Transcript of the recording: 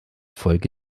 folge